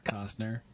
Costner